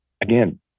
again